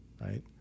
Right